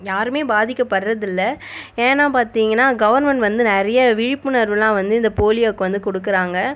யாருமே பாதிக்கப்படுறது இல்லை ஏன்னால் பார்த்திங்கன்னா கவர்மெண்ட் வந்து நிறைய விழிப்புணர்வுலாம் வந்து இந்த போலியோக்கு வந்து கொடுக்குறாங்க